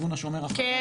ארגון השומר החדש,